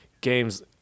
games